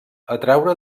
atraure